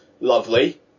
lovely